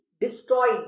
destroyed